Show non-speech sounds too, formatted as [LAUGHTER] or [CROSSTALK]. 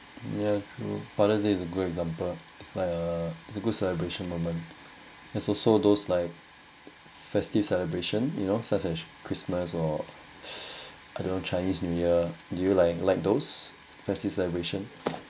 ya true father's day is a good example is like a it's good celebration moment there's also those like festive celebration you know such as christmas or [NOISE] I don't know chinese new year do you like like those festive celebration